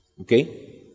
Okay